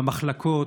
במחלקות,